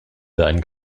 sein